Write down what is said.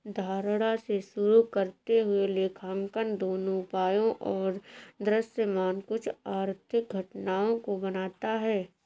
धारणा से शुरू करते हुए लेखांकन दोनों उपायों और दृश्यमान कुछ आर्थिक घटनाओं को बनाता है